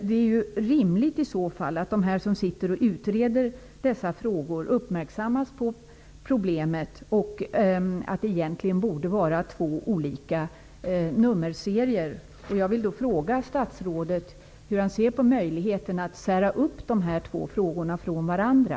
Det är ju rimligt i så fall att de som utreder dessa frågor uppmärksammas på problemet och på att det egentligen borde vara två olika nummerserier. Hur ser statsrådet på möjligheten att sära de här två frågorna från varandra?